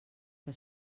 que